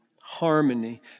harmony